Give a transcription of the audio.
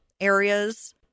areas